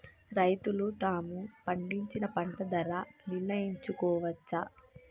రైతులు తాము పండించిన పంట ధర నిర్ణయించుకోవచ్చా?